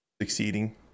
succeeding